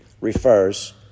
refers